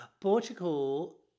portugal